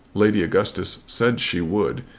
lady augustus said she would,